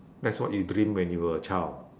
that's what you dream when you were a child